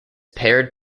paired